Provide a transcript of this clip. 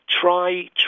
try